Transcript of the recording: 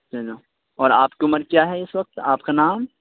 چلو اور آپ کی عمر کیا ہے اس وقت اور آپ کا نام